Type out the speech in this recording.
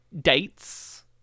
dates